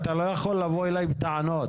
אתה לא יכול לבוא אליי בטענות.